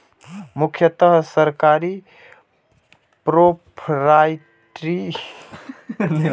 मुख्यतः सरकारी, प्रोपराइटरी आ न्यासी प्रकारक फंड होइ छै